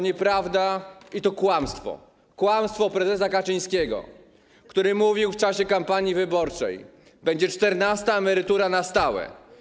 Nieprawda i kłamstwo - kłamstwo prezesa Kaczyńskiego, który w czasie kampanii wyborczej mówił: będzie czternasta emerytura na stałe.